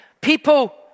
People